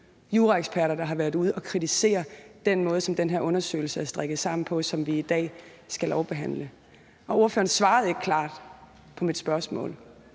juraeksperter, der har været ude og kritisere den måde, den her undersøgelse er strikket sammen på, altså det lovforslag, som vi i dag skal behandle. Ordføreren svarer jo ikke klart på mit spørgsmål,